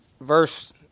verse